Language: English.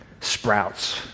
sprouts